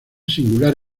singular